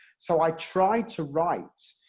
so i tried to write,